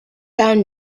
found